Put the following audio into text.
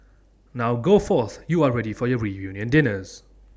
now go forth you are ready for your reunion dinners